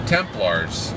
Templars